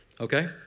Okay